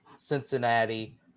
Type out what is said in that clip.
Cincinnati